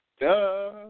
duh